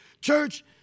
Church